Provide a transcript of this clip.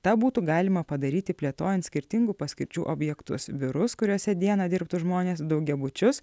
tą būtų galima padaryti plėtojant skirtingų paskirčių objektus biurus kuriuose dieną dirbtų žmonės daugiabučius